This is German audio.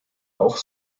auch